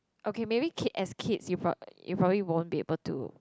okay maybe ki~ as kids you probably won't be able to